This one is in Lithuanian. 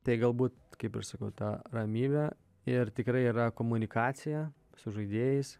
tai galbūt kaip ir sakau ta ramybė ir tikrai yra komunikacija su žaidėjais